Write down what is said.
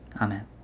Amen